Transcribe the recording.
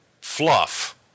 fluff